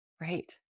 Right